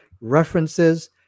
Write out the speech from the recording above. references